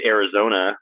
Arizona